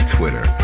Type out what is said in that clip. Twitter